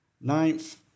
Ninth